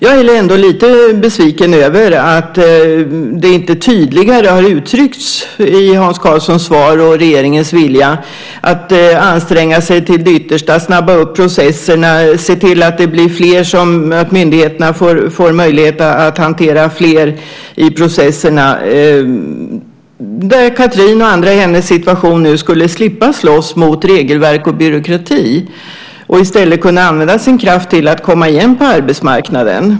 Jag är ändå lite besviken över att regeringens vilja att anstränga sig till det yttersta, snabba på processerna och se till att myndigheterna får möjlighet att hantera fler i processerna inte tydligare har uttryckts i Hans Karlssons svar. Då skulle Cathrin och andra i hennes situation slippa slåss mot regelverk och byråkrati och i stället kunna använda sin kraft till att komma igen på arbetsmarknaden.